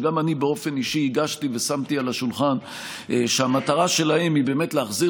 שגם אני באופן אישי הגשתי ושמתי על השולחן שהמטרה שלהם היא באמת להחזיר